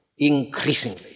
increasingly